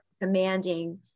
Commanding